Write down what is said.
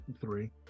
Three